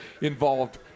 involved